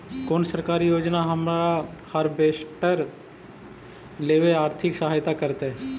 कोन सरकारी योजना हमरा हार्वेस्टर लेवे आर्थिक सहायता करतै?